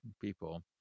people